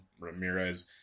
Ramirez